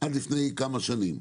עד לפני כמה שנים.